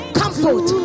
comfort